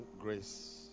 Grace